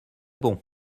bon